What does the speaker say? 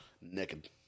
naked